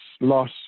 loss